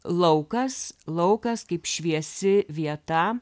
laukas laukas kaip šviesi vieta